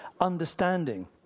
understanding